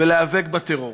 ולהיאבק בטרור.